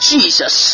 Jesus